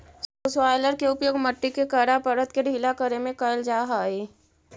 subsoiler के उपयोग मट्टी के कड़ा परत के ढीला करे में कैल जा हई